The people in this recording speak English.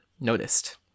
noticed